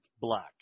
black